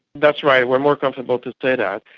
that's right, we're more comfortable to say that.